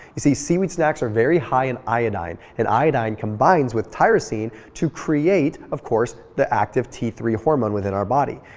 you see seaweed snacks are very high in iodine and iodine combines with tyrosine to create of course the active t three hormone within our body.